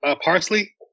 parsley